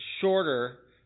shorter